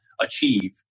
achieve